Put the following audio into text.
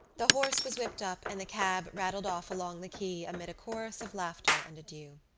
the horse was whipped up and the cab rattled off along the quay amid a chorus of laughter and adieus.